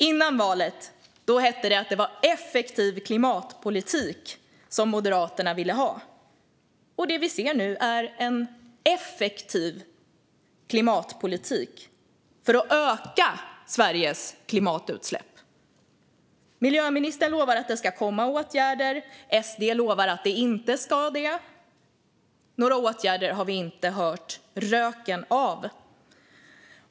Före valet hette det att det var en effektiv klimatpolitik Moderaterna ville ha. Det vi ser nu är en effektiv klimatpolitik för att öka Sveriges klimatutsläpp. Miljöministern lovar att det ska komma åtgärder, och SD lovar att det inte ska det. Några åtgärder har vi inte sett röken av.